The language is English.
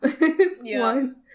one